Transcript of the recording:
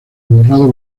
borrado